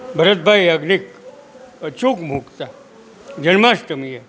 ભરતભાઈ યાજ્ઞિક અચૂક મૂકતાં જન્માષ્ટમીએ